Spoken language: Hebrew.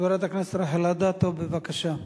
חברת הכנסת רחל אדטו, בבקשה.